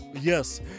yes